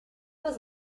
was